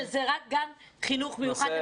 שזה רק גן חינוך מיוחד,